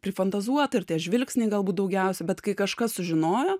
prifantazuota ir tie žvilgsniai galbūt daugiausiai bet kai kažkas sužinojo